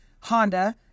Honda